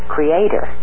Creator